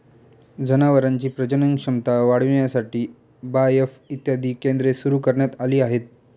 जनावरांची प्रजनन क्षमता वाढविण्यासाठी बाएफ इत्यादी केंद्रे सुरू करण्यात आली आहेत